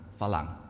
Falang